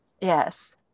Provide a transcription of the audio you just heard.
Yes